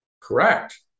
Correct